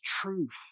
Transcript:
truth